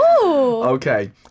Okay